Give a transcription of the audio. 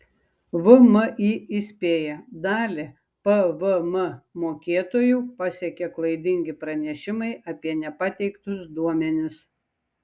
vmi įspėja dalį pvm mokėtojų pasiekė klaidingi pranešimai apie nepateiktus duomenis